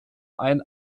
ein